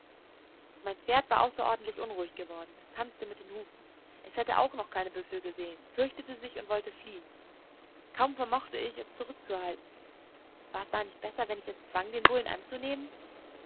mein pferd war außerordentlich unruhig geworden es tanzte mit den hufen es hatte auch noch keine büffel gesehen fürchtete sich und wollte fliehen kaum vermochte ich es zurückzuhalten war es da nicht besser wenn ich es zwang den bullen anzunehmen